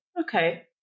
Okay